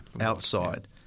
Outside